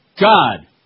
God